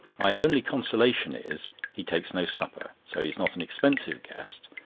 my only consolation is, he takes no supper, so he is not an expensive guest,